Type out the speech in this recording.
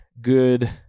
good